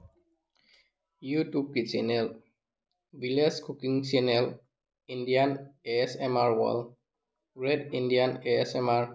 ꯌꯨꯇꯨꯞꯀꯤ channel village cooking channel Indian A S M R world rate Indian A S M R